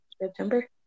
September